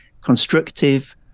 constructive